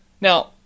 Now